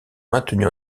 maintenus